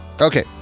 Okay